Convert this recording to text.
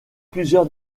plusieurs